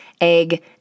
egg